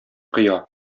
коя